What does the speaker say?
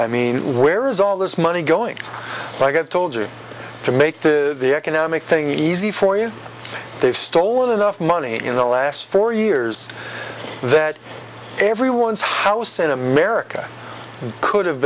i mean where is all this money going i get told you to make the economic thing easy for you they've stolen enough money in the last four years that everyone's house in america could have